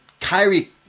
Kyrie